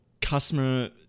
customer